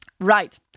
Right